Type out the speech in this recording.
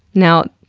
now,